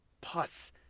pus